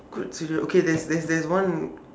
~kward situation okay there's there's there's one